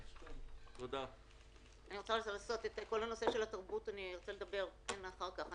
על כל הנושא של התרבות אני רוצה לדבר אחר כך,